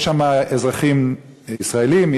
יש שם אזרחים ישראלים,